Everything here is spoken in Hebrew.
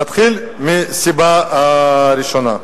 נתחיל מהסיבה הראשונה.